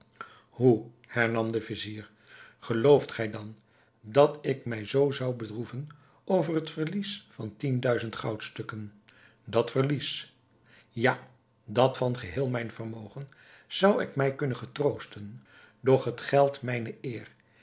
hoe hernam de vizier gelooft gij dan dat ik mij zoo zou bedroeven over het verlies van tien duizend goudstukken dat verlies ja dat van geheel mijn vermogen zou ik mij kunnen getroosten doch het geldt mijne eer